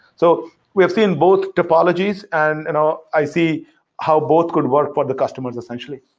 so we have seen both topologies and and i i see how both could work for the customers essentially.